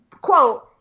quote